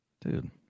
Dude